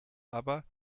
aber